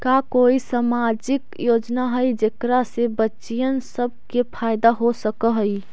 का कोई सामाजिक योजना हई जेकरा से बच्चियाँ सब के फायदा हो सक हई?